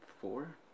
four